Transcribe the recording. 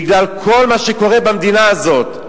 בגלל כל מה שקורה במדינה הזאת,